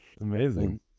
amazing